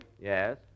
Yes